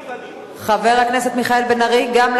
חבר הכנסת מיכאל בן-ארי, אני